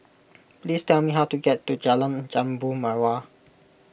please tell me how to get to Jalan Jambu Mawar